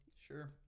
Sure